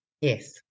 Yes